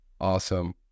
Awesome